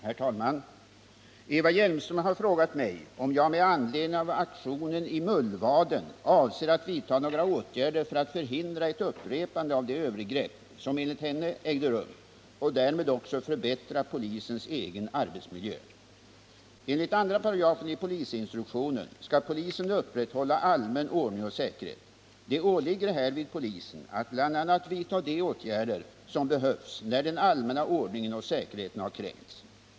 Herr talman! Eva Hjelmström har frågat mig om jag med anledning av aktionen i Mullvaden avser att vidta några åtgärder för att förhindra ett upprepande av de övergrepp, som enligt henne ägde rum, och därmed också förbättra polisens egen arbetsmiljö. Enligt 2 § i polisinstruktionen skall polisen upprätthålla allmän ordning och säkerhet. Det åligger härvid polisen att bl.a. vidta de åtgärder som behövs när den allmänna ordningen och säkerheten har kränkts.